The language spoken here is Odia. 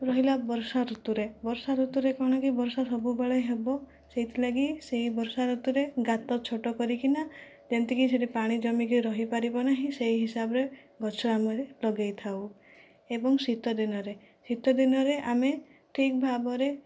ରହିଲା ବର୍ଷା ଋତୁରେ ବର୍ଷା ଋତୁରେ କ'ଣ କି ବର୍ଷା ସବୁବେଳେ ହେବ ସେହିଥିଲାଗି ସେହି ବର୍ଷା ଋତୁରେ ଗାତ ଛୋଟ କରିକିନା ଯେମିତିକି ସେଠି ପାଣି ଜମିକି ରହିପାରିବ ନାହିଁ ସେହି ହିସାବରେ ଗଛ ଆମେ ଲଗାଇଥାଉ ଏବଂ ଶୀତ ଦିନରେ ଶୀତ ଦିନରେ ଆମେ ଠିକ ଭାବରେ